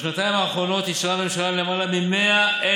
בשנתיים האחרונות אישרה הממשלה למעלה מ-100,000